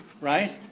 right